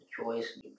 choice